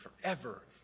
forever